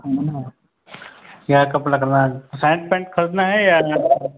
कपड़ा है न यहाँ कपड़ा का माल सर्ट पैंट खरीदना है या